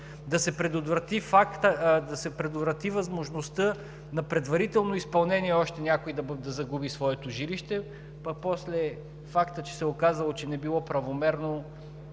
да се предотврати възможността на предварително изпълнение още някой да загуби своето жилище, пък после фактът, че се е оказало, че не било правомерно,